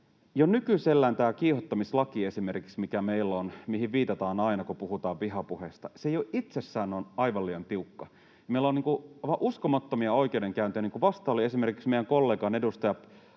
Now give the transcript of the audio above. mikä meillä on ja mihin viitataan aina kun puhutaan vihapuheesta, jo itsessään on aivan liian tiukka: Meillä on aivan uskomattomia oikeudenkäyntejä, niin kuin vasta oli esimerkiksi kollegamme, edustaja